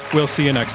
we'll see and like